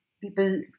people